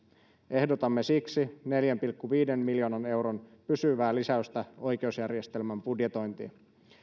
ehdotamme siksi neljän pilkku viiden miljoonan euron pysyvää lisäystä oikeusjärjestelmän budjetointiin